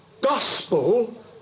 gospel